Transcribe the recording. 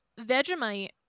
Vegemite